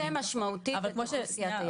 זה מצמצם משמעותית את אוכלוסיית היעד.